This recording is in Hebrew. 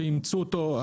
שאימצו אותו,